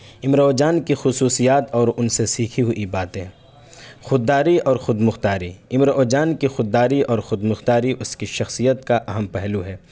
امراؤ جان کی خصوصیات اور ان سے سیکھی ہوئی باتیں خود داری اور خود مختاری امراؤ جان کی خود داری اور خود مختاری اس کی شخصیت کا اہم پہلو ہے